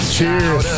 Cheers